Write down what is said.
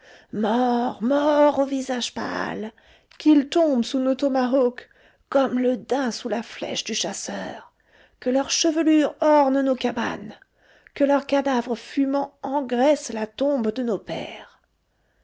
sous nos tomahawks comme le daim sous la flèche du chasseur que leurs chevelures ornent nos cabanes que leurs cadavres fumants engraissent la tombe de nos pères